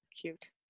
Cute